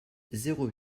zéro